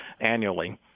annually